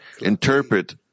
interpret